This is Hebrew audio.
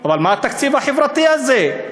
אבל מה התקציב החברתי הזה?